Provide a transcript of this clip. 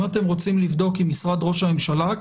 אם אתם רוצים לבדוק עם משרד ראש הממשלה,